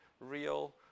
real